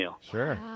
Sure